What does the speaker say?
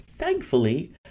thankfully